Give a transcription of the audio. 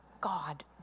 God